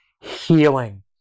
healing